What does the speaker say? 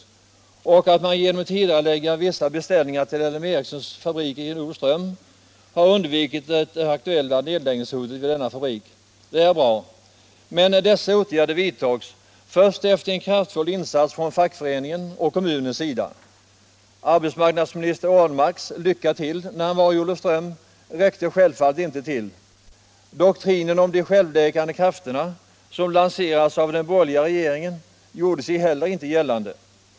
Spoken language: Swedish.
Man anför att regeringen genom att tidigarelägga vissa beställningar till LM Ericssons fabrik i Olofström har undvikit det aktuella nedläggningshotet vid denna fabrik. Det är bra. Men dessa åtgärder vidtogs först efter en kraftfull insats från fackföreningens och kommunens sida. Arbetsmarknadsminister Ahlmarks ”Lycka till” när han var i Olofström räckte självfallet inte till. Doktrinen om de självläkande krafterna som lancerats av den borgerliga regeringen gjorde sig inte heller gällande.